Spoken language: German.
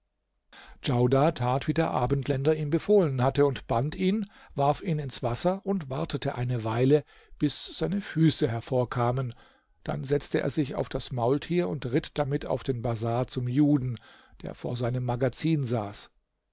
djaudar tat wie der abendländer ihm befohlen hatte er band ihn warf ihn ins wasser und wartete eine weile bis seine füße hervorkamen dann setzte er sich auf das maultier und ritt damit auf den bazar zum juden der vor seinem magazin saß